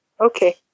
okay